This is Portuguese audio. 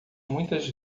muitas